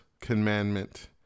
commandment